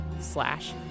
slash